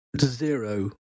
zero